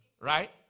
right